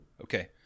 Okay